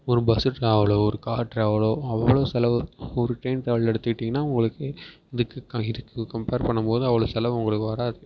ஒரு பஸ்ஸு ட்ராவலோ ஒரு கார் ட்ராவலோ அவ்வளோ செலவு ஒரு ட்ரெயின் ட்ராவலில் எடுத்துக்கிட்டிங்கன்னால் உங்களுக்கு இதுக்கு கம்பேர் பண்ணும் போது அவ்வளோ செலவு உங்களுக்கு வராது